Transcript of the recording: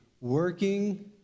Working